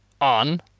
on